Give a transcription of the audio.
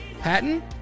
Patton